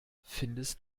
findest